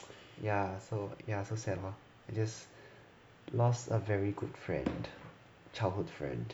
ya so ya so sad lor just lost a very good friend childhood friend